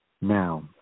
Now